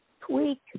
tweak